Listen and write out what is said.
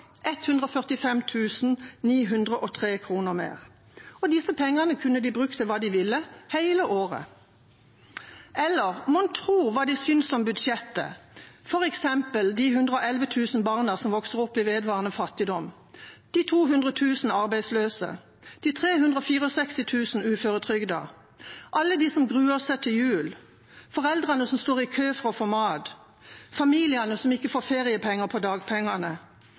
Disse pengene kunne de brukt til hva de ville – hele året. Mon tro hva de syns om budsjettet, f.eks. de 111 000 barna som vokser opp i vedvarende fattigdom, de 200 000 arbeidsløse, de 364 000 uføretrygdede, alle de som gruer seg til jul, foreldrene som står i kø for å få mat, familiene som ikke får feriepenger på dagpengene